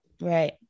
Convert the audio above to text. Right